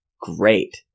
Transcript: great